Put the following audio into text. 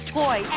toy